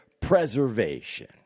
preservation